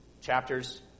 chapters